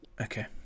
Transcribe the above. Okay